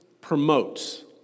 promotes